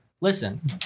Listen